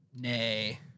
Nay